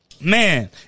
Man